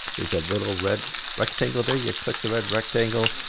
there's a little red rectangle there. you click the red rectangle,